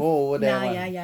go over there [one]